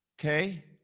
Okay